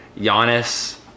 Giannis